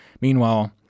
Meanwhile